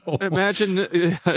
imagine